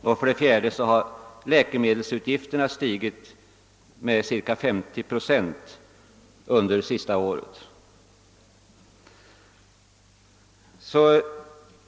Och för det fjärde har läkemedelsutgifterna under det senaste året stigit med cirka 50 procent.